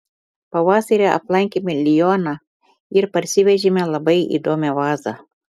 pavasarį aplankėme lioną ir parsivežėme labai įdomią vazą